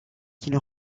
qu’il